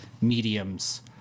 mediums